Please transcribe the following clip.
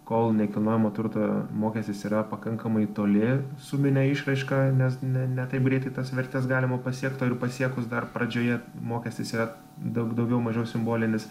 kol nekilnojamo turto mokestis yra pakankamai toli sumine išraiška nes ne ne taip greitai tas vertes galima pasiekti ir pasiekus dar pradžioje mokestis yra daug daugiau mažiau simbolinis